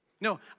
No